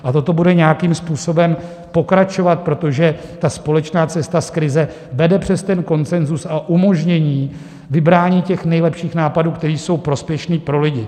A toto bude nějakým způsobem pokračovat, protože společná cesta z krize vede přes konsenzus a umožnění vybrání těch nejlepších nápadů, které jsou prospěšné pro lidi.